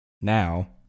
Now